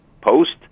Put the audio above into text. post